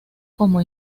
como